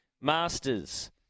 Masters